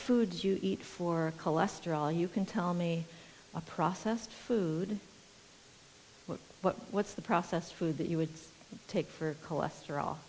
foods you eat for cholesterol you can tell me a processed food what's the processed food that you would take for cholesterol